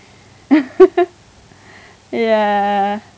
ya